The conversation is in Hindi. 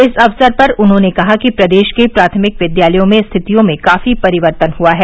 इस अवसर पर उन्होंने कहा कि प्रदेश के प्राथमिक विद्यालयों में स्थितियों में काफी परिवर्तन हुआ है